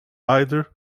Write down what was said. either